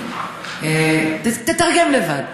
תתרגם לבד.